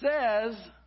says